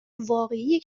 واقعی